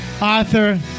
Arthur